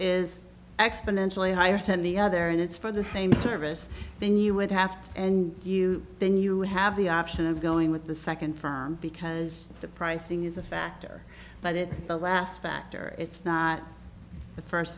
exponentially higher than the other and it's for the same service then you would have to and you then you have the option of going with the second because the pricing is a factor but it's the last factor it's not the first